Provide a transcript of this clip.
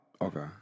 Okay